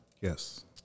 Yes